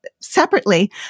separately